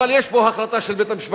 אבל יש פה החלטה של בית-המשפט.